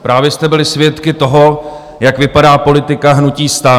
Právě jste byli svědky toho, jak vypadá politika hnutí STAN.